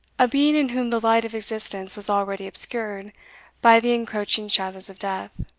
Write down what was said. a being in whom the light of existence was already obscured by the encroaching shadows of death.